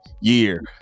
year